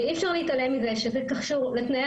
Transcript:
ואי אפשר להתעלם מזה שזה קשור לתנאי